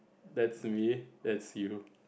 that's me that's you